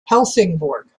helsingborg